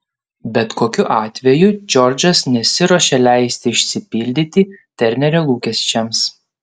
bet kokiu atveju džordžas nesiruošė leisti išsipildyti ternerio lūkesčiams